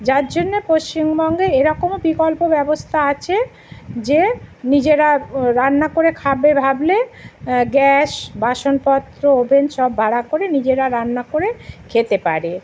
যার জন্য পশ্চিমবঙ্গে এরকমও বিকল্প ব্যবস্থা আছে যে নিজেরা রান্না করে খাবে ভাবলে গ্যাস বাসনপত্র ওভেন সব ভাড়া করে নিজেরা রান্না করে খেতে পারে